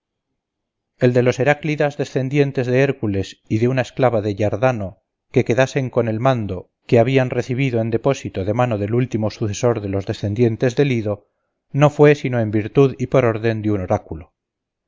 el que los heráclidas descendientes de hércules y de una esclava de yardano se quedasen con el mando que hablan recibido en depósito de mano del último sucesor de los descendientes de lydo no fue sino en virtud y por orden de un oráculo